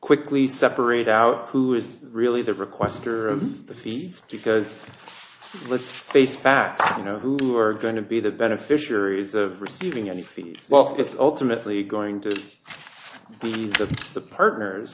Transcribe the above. quickly separate out who is really the requester of the fees because let's face facts you know who are going to be the beneficiaries of receiving any fees well it's ultimately going to be to the partners